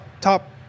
top